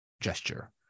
gesture